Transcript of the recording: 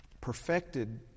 perfected